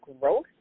growth